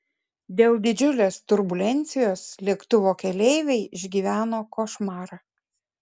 dėl didžiulės turbulencijos lėktuvo keleiviai išgyveno košmarą